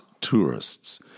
tourists